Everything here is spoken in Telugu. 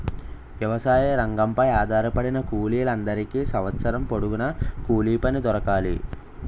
వ్యవసాయ రంగంపై ఆధారపడిన కూలీల అందరికీ సంవత్సరం పొడుగున కూలిపని దొరకాలి